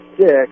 six